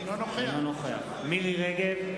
אינו נוכח מירי רגב,